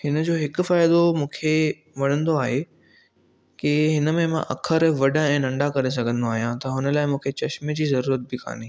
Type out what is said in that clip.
हिन जो हिकु फ़ाइदो मूंखे वणंदो आहे कि हिन में मां अखर वॾा ऐं नंढा करे सघंदो आहियां त उन लाइ मूंखे चश्मे जी ज़रूरत बि कान्हे